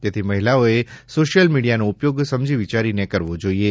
તેથી મહિલાઓએ સોશિયલ મીડિયાનો ઉપયોગ સમજી વિચારીને કરવો જોઈએ